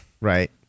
Right